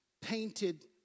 painted